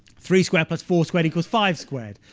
three squared plus four squared equals five squared.